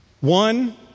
One